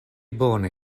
bone